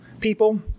people